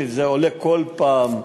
שזה עולה כל פעם,